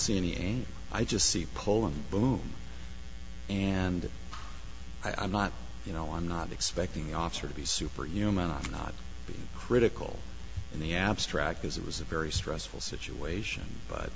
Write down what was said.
see any and i just see pull and boom and i'm not you know i'm not expecting officer to be superhuman i'm not being critical in the abstract as it was a very stressful situation but